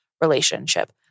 relationship